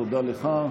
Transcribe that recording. תודה לך.